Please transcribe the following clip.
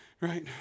Right